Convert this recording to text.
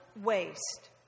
waste